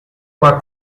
uma